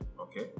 Okay